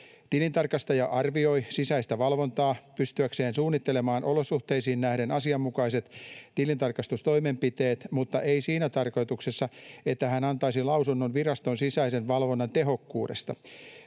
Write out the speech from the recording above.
Tilintarkastaja arvioi sisäistä valvontaa pystyäkseen suunnittelemaan olosuhteisiin nähden asianmukaiset tilintarkastustoimenpiteet mutta ei siinä tarkoituksessa, että hän antaisi lausunnon viraston sisäisen valvonnan tehokkuudesta.